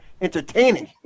entertaining